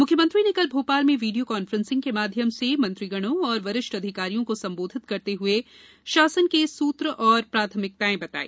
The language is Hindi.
मुख्यमंत्री ने कल भोपाल में वीडियो कान्फ्रेंसिंग के माध्यम से मंत्रीगणों एवं वरिष्ठ अधिकारियों को संबोधित करते हुए शासन के सूत्र एवं प्राथमिकताएँ बताई